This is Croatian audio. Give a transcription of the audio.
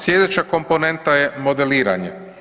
Slijedeća komponenta je modeliranje.